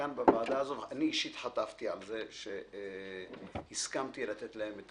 כאן בוועדה זו אני אישית חטפתי על זה שהסכמתי לתת להם את